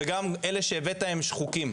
וגם אלה שהבאת הם שחוקים,